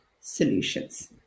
Solutions